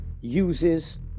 uses